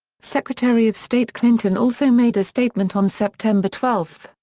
secretary of state clinton also made a statement on september twelve,